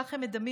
כך הם מדמים,